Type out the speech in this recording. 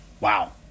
Wow